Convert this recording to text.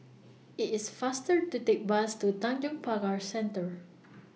IT IS faster to Take Bus to Tanjong Pagar Centre